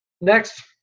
Next